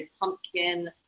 pumpkin